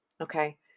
okay